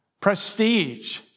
prestige